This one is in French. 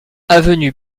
avenue